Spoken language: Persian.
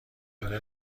شده